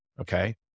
Okay